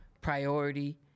priority